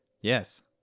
yes